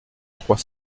trois